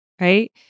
right